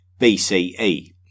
BCE